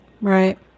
Right